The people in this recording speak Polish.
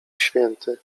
święty